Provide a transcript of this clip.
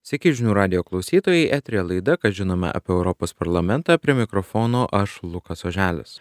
sveiki žinių radijo klausytojai eteryje laida kas žinoma apie europos parlamentą prie mikrofono aš lukas oželis